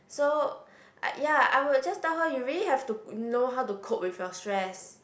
so I ya I would just tell her you really have to know how to cope with your stress